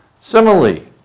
Similarly